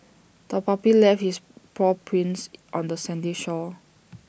the puppy left its paw prints on the sandy shore